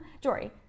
Jory